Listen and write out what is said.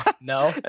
no